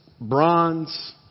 bronze